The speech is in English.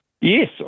Yes